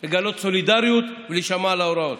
לגלות סולידריות ולהישמע להוראות.